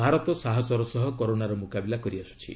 ଭାରତ ସାହସର ସହ କରୋନାର ମୁକାବିଲା କରିଆସ୍କୁଛି